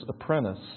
apprentice